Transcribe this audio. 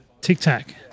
tic-tac